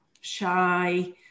shy